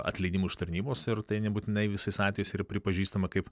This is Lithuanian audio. atleidimu iš tarnybos ir tai nebūtinai visais atvejais ir pripažįstama kaip